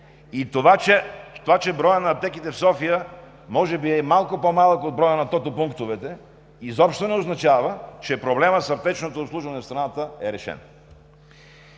Това че броят на аптеките в София може би е малко по-малък от броя на тото пунктовете, изобщо не означава, че проблемът с аптечното обслужване в страната е решен.